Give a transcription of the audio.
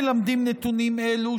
מלמדים נתונים אלו,